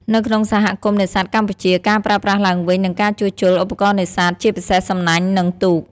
នៅក្នុងសហគមន៍នេសាទកម្ពុជា ការប្រើប្រាស់ឡើងវិញ និងការជួសជុល ឧបករណ៍នេសាទ ជាពិសេស សំណាញ់ និង ទូក។